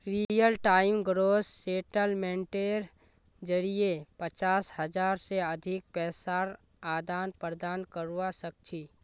real time gross सेटलमेंटेर जरिये पचास हज़ार से अधिक पैसार आदान प्रदान करवा सक छी